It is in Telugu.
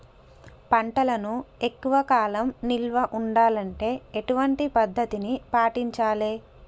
పంటలను ఎక్కువ కాలం నిల్వ ఉండాలంటే ఎటువంటి పద్ధతిని పాటించాలే?